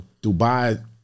Dubai